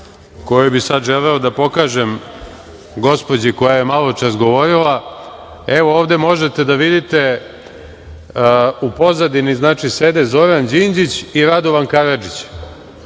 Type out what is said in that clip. koju bi sada želeo da pokažem gospođi koja je maločas govorila, evo ovde možete da vidite u pozadini, znači, sede Zoran Đinđić i Radovan Karadžić.